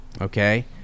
Okay